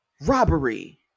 Robbery